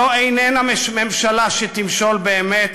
זו איננה ממשלה שתמשול באמת,